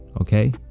okay